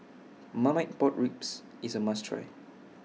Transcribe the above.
Marmite Pork Ribs IS A must Try